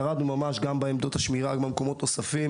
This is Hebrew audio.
ירדנו ממש גם לעמדות השמירה ולמקומות נוספים.